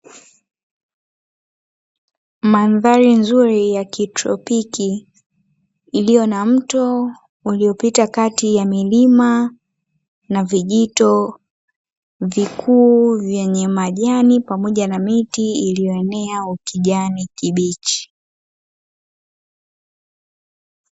Mandhari nzuri ya kitropiki, iliyo na mto uliopita kati ya milima na vijito vikuu vyenye majani pamoja na miti iliyoenea kijani kibichi.